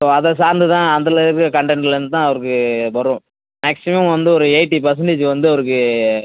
so அதை சார்ந்து தான் அதுலருக்க கண்டன்ட்லேந்து தான் அவருக்கு வரும் மேக்சிமம் வந்து ஒரு எய்ட்டி பர்சன்டேஜ் வந்து அவருக்கு